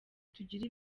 tugira